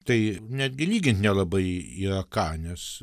tai netgi lygint nelabai yra ką nes